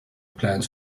plans